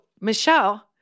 Michelle